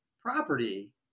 property